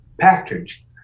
package